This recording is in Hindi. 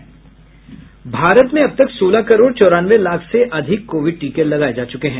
भारत में अब तक सोलह करोड़ चौरानवें लाख से अधिक कोविड टीके लगाए जा चुके हैं